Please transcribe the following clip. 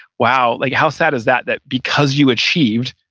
wow, like how sad is that that because you achieved,